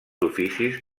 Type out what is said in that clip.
oficis